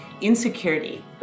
insecurity